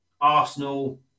Arsenal